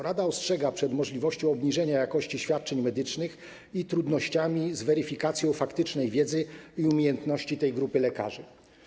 Rada ostrzega przed możliwością obniżenia jakości świadczeń medycznych i trudnościami z weryfikacją faktycznej wiedzy i umiejętności tej grupy lekarzy.